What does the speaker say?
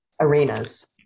arenas